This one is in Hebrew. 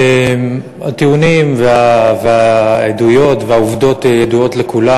הטיעונים והעדויות והעובדות ידועים לכולם,